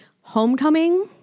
Homecoming